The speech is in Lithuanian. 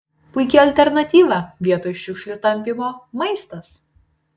puiki alternatyva vietoj šiukšlių tampymo maistas